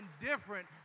different